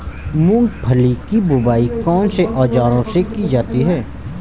मूंगफली की बुआई कौनसे औज़ार से की जाती है?